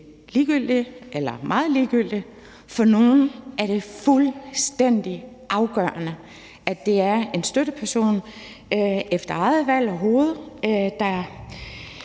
ligegyldigt eller meget ligegyldigt, men for nogle er det fuldstændig afgørende, at det er en støtteperson efter eget valg og hoved, der